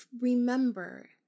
remember